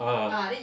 ah